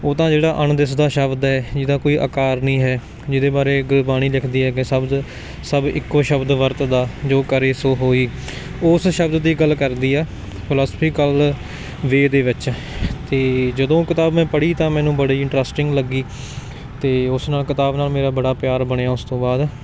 ਓਹ ਤਾਂ ਜਿਹੜਾ ਅਣਦਿੱਸਦਾ ਸ਼ਬਦ ਹੈ ਜਿਹਦਾ ਕੋਈ ਆਕਾਰ ਨਹੀਂ ਹੈ ਜਿਹਦੇ ਬਾਰੇ ਗੁਰਬਾਣੀ ਲਿਖਦੀ ਹੈ ਕਿ ਸਬਜ ਸਬ ਇੱਕੋ ਸ਼ਬਦ ਵਰਤਦਾ ਜੋ ਕਰੇ ਸੋ ਹੋਈ ਓਸ ਸ਼ਬਦ ਦੀ ਗੱਲ ਕਰਦੀ ਹੈ ਫਲੋਸਫੀਕਲ ਵੇਅ ਦੇ ਵਿੱਚ ਅਤੇ ਜਦੋਂ ਓਹ ਕਿਤਾਬ ਮੈਂ ਪੜ੍ਹੀ ਤਾਂ ਮੈਨੂੰ ਬੜੀ ਇੰਟਰਸਟਿੰਗ ਲੱਗੀ ਅਤੇ ਉਸ ਨਾਲ ਕਿਤਾਬ ਨਾਲ ਮੇਰਾ ਬੜਾ ਪਿਆਰ ਬਣਿਆ ਉਸ ਤੋਂ ਬਾਅਦ